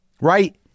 right